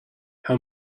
how